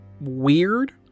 weird